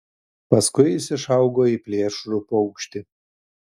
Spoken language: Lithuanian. paskui jis išaugo į plėšrų paukštį